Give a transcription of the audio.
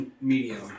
medium